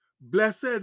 Blessed